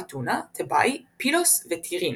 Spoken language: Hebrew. אתונה, תבאי, פילוס וטירינס.